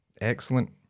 Excellent